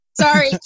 Sorry